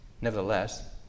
nevertheless